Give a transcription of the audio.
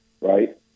Right